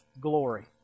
glory